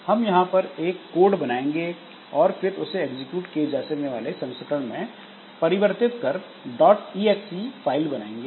हम यहां पर एक कोड बनाएंगे और फिर उसे एग्जीक्यूट किए जा सकने वाले संस्करण में परिवर्तित कर dot E X E file बनाएंगे